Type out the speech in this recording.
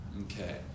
Okay